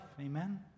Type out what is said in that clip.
Amen